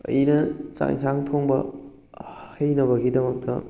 ꯑꯩꯅ ꯆꯥꯛꯌꯦꯟꯁꯥꯡ ꯊꯣꯡꯕ ꯍꯩꯅꯕꯒꯤꯗꯃꯛꯇ